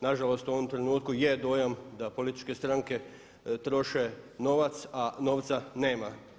Nažalost, u ovom trenutku je dojam da političke stranke troše novac, a novca nema.